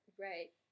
Right